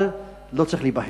אבל לא צריך להיבהל.